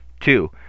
Two